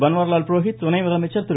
பன்வாரிலால் புரோகித் துணை முதலமைச்சர் திரு